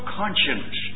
conscience